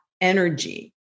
energy